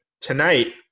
Tonight